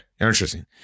Interesting